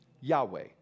Yahweh